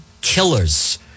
killers